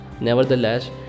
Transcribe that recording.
Nevertheless